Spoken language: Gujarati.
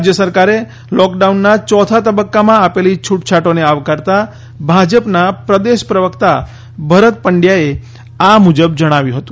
રાજ્ય સરકારે લોકડાઉનના ચોથા તબક્કામાં આપેલી છૂટછાટોને આવકારતા ભાજપના પ્રદેશ પ્રવક્તા ભરત પંડયાએ આ મુજબ જણાવ્યું હતું